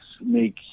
make